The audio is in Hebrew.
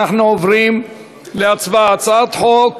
אנחנו עוברים להצבעה על הצעת חוק